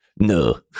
No